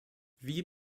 wie